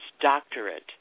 Doctorate